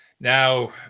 now